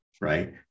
Right